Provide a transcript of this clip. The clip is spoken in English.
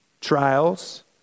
Trials